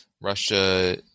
Russia